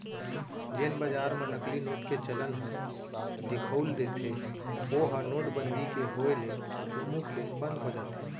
जेन बजार म नकली नोट के चलन ह दिखउल देथे ओहा नोटबंदी के होय ले चुमुक ले बंद हो जाथे